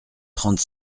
trente